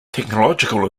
technological